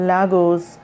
Lagos